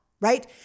right